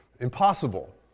impossible